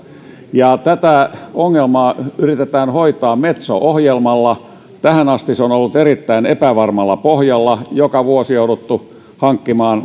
ja tätä ongelmaa yritetään hoitaa metso ohjelmalla tähän asti se on ollut erittäin epävarmalla pohjalla joka vuosi on jouduttu hankkimaan